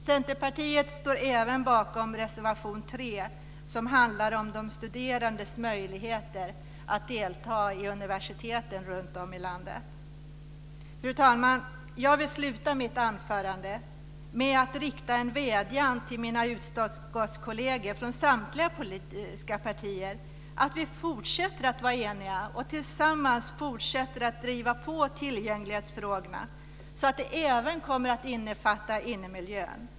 Centerpartiet står även bakom reservation 3, som handlar om de studerandes möjligheter att delta i studier på universiteten runtom i landet. Fru talman! Jag vill sluta mitt anförande med att rikta en vädjan till mina utskottskolleger från samtliga politiska partier att vi ska fortsätta att vara eniga och tillsammans fortsätta att driva på tillgänglighetsfrågorna så att de även kommer att omfatta innemiljön.